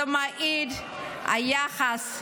זה מעיד על יחס,